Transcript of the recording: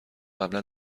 قبلا